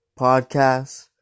Podcasts